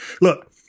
Look